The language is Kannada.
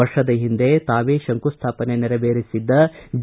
ವರ್ಷದ ಹಿಂದೆ ತಾವೇ ಶಂಕುಸ್ಥಾಪನೆ ನೆರವೇರಿಸಿದ್ದ ಡಿ